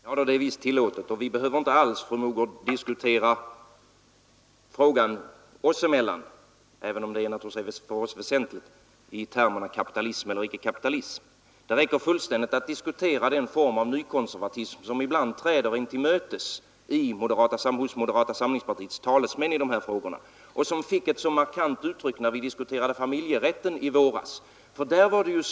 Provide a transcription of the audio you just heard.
Herr talman! Visst är det tillåtet, fru Mogård. Men vi behöver inte diskutera frågan oss emellan i termerna kapitalism och icke-kapitalism, även om det naturligtvis för oss är väsentligt. Det räcker fullständigt att diskutera den form av nykonservatism som ibland träder en till mötes hos moderata samlingspartiets talesmän i de här frågorna och som fick ett så markant uttryck när vi diskuterade familjerätten i våras.